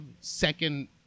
second